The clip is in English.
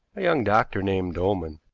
a young doctor named dolman.